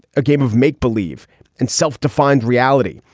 a game of make believe and self-defined reality.